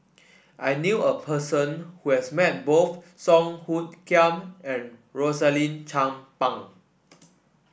I knew a person who has met both Song Hoot Kiam and Rosaline Chan Pang